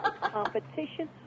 Competition